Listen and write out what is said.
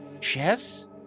Chess